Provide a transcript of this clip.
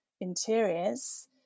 interiors